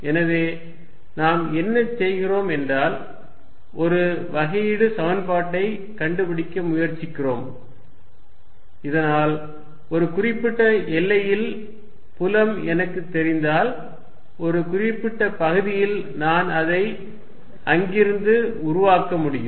எனவே நாம் என்ன செய்கிறோம் என்றால் ஒரு வகையீடு சமன்பாட்டைக் கண்டுபிடிக்க முயற்சிக்கிறோம் இதனால் ஒரு குறிப்பிட்ட எல்லையில் புலம் எனக்குத் தெரிந்தால் ஒரு குறிப்பிட்ட பகுதியில் நான் அதை அங்கிருந்து உருவாக்க முடியும்